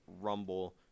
Rumble